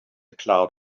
cloud